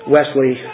Wesley